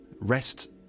Rest